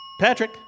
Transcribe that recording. Patrick